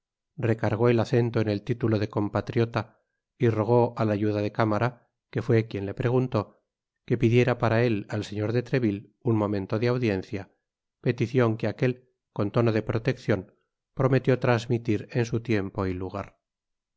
recargo el acento en el título de compatriota y rogó al ayuda de cámara que fué quien le preguntó que pidiera para él al señor de treville un momento de audiencia peticion que aquel con tono de proteccion prometió trasmitir en su tiempo y lugar